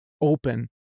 open